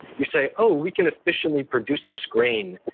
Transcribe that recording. you say, oh, we can efficiently produce this grain.